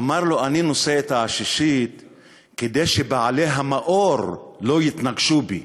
אמר לו: אני נושא את העששית כדי שבעלי המאור לא יתנגשו בי.